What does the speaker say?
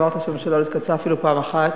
אתה אמרת שהממשלה לא התכנסה אפילו פעם אחת.